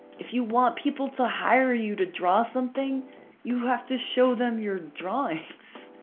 if you want people to hire you to draw something you have to show them your drawings!